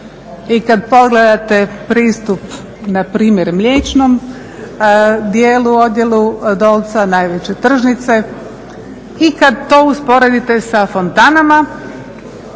i kad pogledate pristup na primjer mliječnom dijelu, odjelu Dolca najveće tržnice i kad to usporedite sa fontanama